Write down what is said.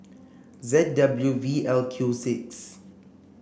Z W V L Q six